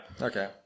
Okay